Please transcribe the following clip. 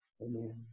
amen